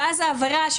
ואז העבירה,